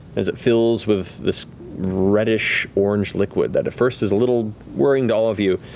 as it fills with this reddish, orange liquid, that at first is a little worrying to all of you.